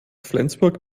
flensburg